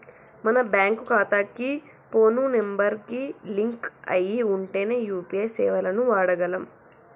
మన బ్యేంకు ఖాతాకి phone number కి లింక్ అయ్యి ఉంటేనే యూ.పీ.ఐ సేవలను వాడగలం